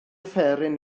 offeryn